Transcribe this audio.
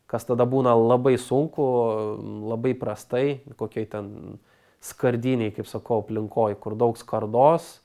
kas tada būna labai sunku labai prastai kokioj ten skardinėj kaip sakau aplinkoj kur daug skardos